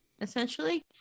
essentially